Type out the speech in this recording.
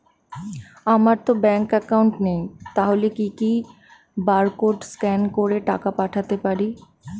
আমারতো bank account নেই তাহলে কি কি বারকোড স্ক্যান করে টাকা পাঠাতে পারি?